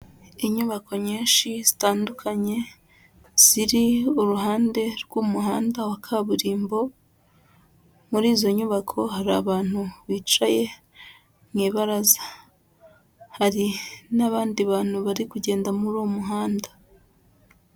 Inyubako nyinshi zitandukanye ziri iruhande rw'umuhanda wa kaburimbo, muri izo nyubako hari abantu bicaye mu ibaraza, hari n'abandi bantu bari kugenda muri uwo muhanda.